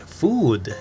food